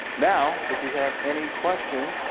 now, if you have any questions,